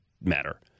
matter